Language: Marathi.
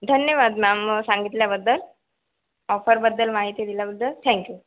धन्यवाद मॅम सांगितल्याबद्दल ऑफरबद्दल माहिती दिल्याबद्दल थँक्यू